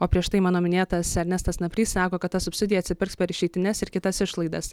o prieš tai mano minėtas ernestas naprys sako kad ta subsidija atsipirks per išeitines ir kitas išlaidas